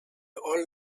all